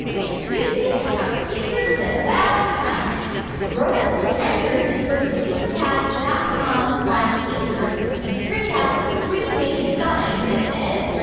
introducing our teachers that wow contest. grown-ups, to enter, just go to tinkercast dot com slash teachers and print out the premade sign that says,